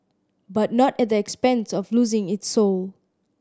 but not at the expense of losing its soul